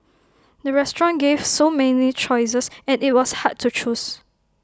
the restaurant gave so many choices and IT was hard to choose